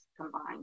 combined